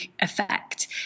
effect